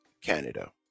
Canada